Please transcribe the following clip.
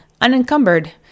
unencumbered